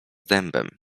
dębem